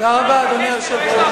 תודה רבה, אדוני היושב-ראש.